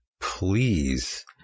please